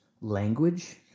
language